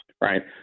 right